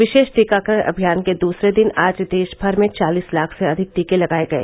विशेष टीकाकरण अभियान के दूसरे दिन आज देशभर में चालीस लाख से अधिक टीके लगाए गए